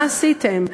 מה עשיתם?